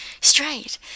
Straight